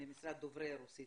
ממשרד דוברי הרוסית,